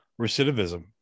recidivism